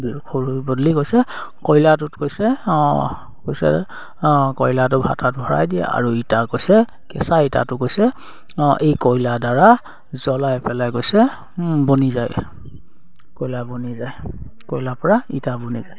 কৈছে কয়লাটোত কৈছে কৈছে কয়লাটো ভাতাত ভৰাই দিয়ে আৰু ইটা কৈছে কেঁচা ইটাটো কৈছে এই কয়লাৰ দ্বাৰা জ্বলাই পেলাই কৈছে বনি যায় কয়লা বনি যায় কয়লাৰ পৰা ইটা বনি যায়